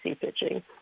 pitching